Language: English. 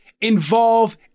involve